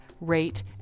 rate